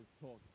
talk